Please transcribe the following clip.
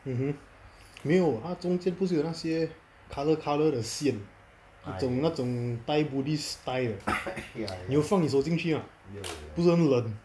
mmhmm 没有他中间不是有那些 colour colour 的线那种那种 thai buddhist thai 的你有放你手进去 mah 不是很冷